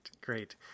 Great